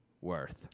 worth